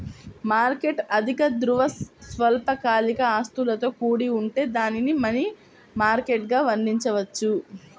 market అధిక ద్రవ, స్వల్పకాలిక ఆస్తులతో కూడి ఉంటే దానిని మనీ మార్కెట్గా వర్ణించవచ్చు